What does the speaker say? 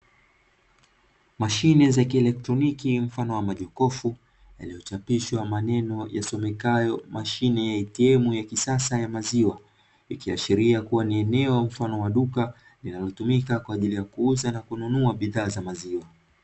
Mashine za kielektroniki mfano wa majokofu yaliyo chapishwa maneno yasomekayo mashine ya "ATM" ya kisasa ya maziwa ikiashiria ni eneo au mfano wa duka linalo tumika kwaajili ya kuuza na kununua bidhaa za maziwa.